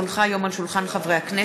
כי הונחה היום על שולחן הכנסת,